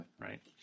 Right